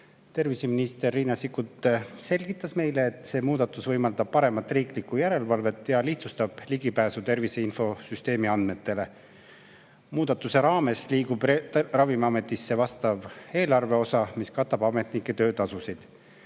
Terviseminister Riina Sikkut selgitas meile, et see muudatus võimaldab paremat riiklikku järelevalvet ja lihtsustab ligipääsu tervise infosüsteemi andmetele. Muudatuse raames liigub Ravimiametisse vastav eelarveosa, mis katab ametnike töötasusid.